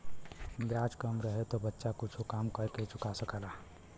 ब्याज कम रहे तो बच्चा कुच्छो काम कर के चुका सकला